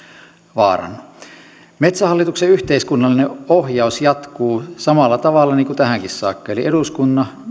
vaarannu metsähallituksen yhteiskunnallinen ohjaus jatkuu samalla tavalla niin kuin tähänkin saakka eli eduskunnan